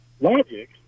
logic